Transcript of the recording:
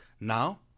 Now